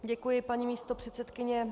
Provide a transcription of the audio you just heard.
Děkuji, paní místopředsedkyně.